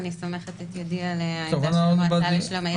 אני סומכת את ידי על המועצה לשלום הילד,